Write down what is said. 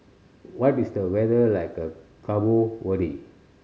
what is the weather like the Cabo Verde